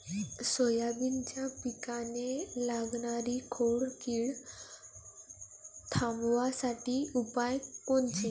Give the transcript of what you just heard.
सोयाबीनच्या पिकाले लागनारी खोड किड थांबवासाठी उपाय कोनचे?